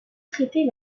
traiter